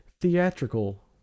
theatrical